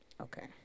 Okay